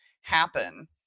happen